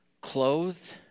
clothed